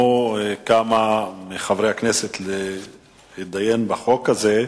נרשמו כמה מחברי הכנסת להתדיין בחוק הזה.